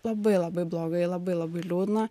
labai labai blogai labai labai liūdna